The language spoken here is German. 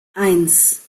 eins